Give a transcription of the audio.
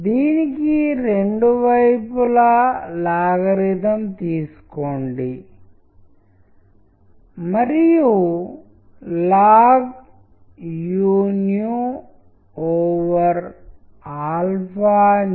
దీనిని మరింత ఆసక్తికరంగా మరియు మరింత ఉత్తేజకరమైనదిగా చేయడానికి మీరు చిత్రాలు మరియు టెక్స్ట్ మరియు యానిమేషన్లను ఒకదానితో ఒకటి ఎలా లింక్చేయాలి అనే దానిపై మీకు అవగాహనను అందిస్తుంది